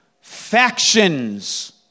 factions